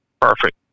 Perfect